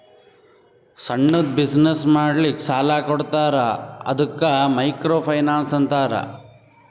ಸಣ್ಣುದ್ ಬಿಸಿನ್ನೆಸ್ ಮಾಡ್ಲಕ್ ಸಾಲಾ ಕೊಡ್ತಾರ ಅದ್ದುಕ ಮೈಕ್ರೋ ಫೈನಾನ್ಸ್ ಅಂತಾರ